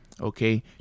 Okay